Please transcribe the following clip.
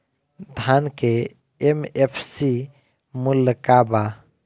धान के एम.एफ.सी मूल्य का बा?